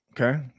Okay